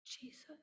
Jesus